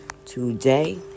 today